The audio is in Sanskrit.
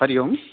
हरिः ओम्